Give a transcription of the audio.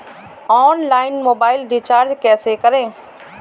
Online mobile recharge कैसे करें?